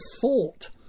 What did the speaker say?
thought